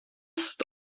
lust